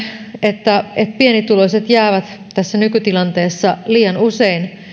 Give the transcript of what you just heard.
että että pienituloiset jäävät tässä nykytilanteessa liian usein